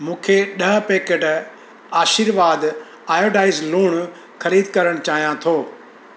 मूंखे ॾह packet Aashirvaad iodised लूणु ख़रीदु करणु चाहियां थो